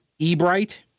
Ebright